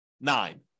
nine